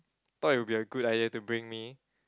thought it would be a good idea to bring me